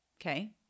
Okay